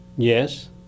Yes